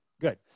Good